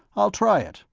i'll try it.